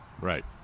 Right